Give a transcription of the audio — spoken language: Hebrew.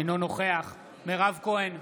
אינו נוכח מירב כהן,